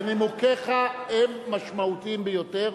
נימוקיך הם משמעותיים ביותר.